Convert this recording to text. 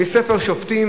מספר שופטים